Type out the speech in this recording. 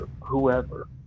whoever